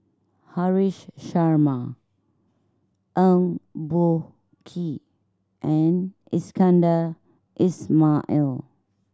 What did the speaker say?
Haresh Sharma Eng Boh Kee and Iskandar Ismail